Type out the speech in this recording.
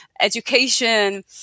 education